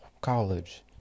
college